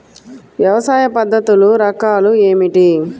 వ్యవసాయ పద్ధతులు రకాలు ఏమిటి?